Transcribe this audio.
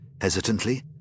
Hesitantly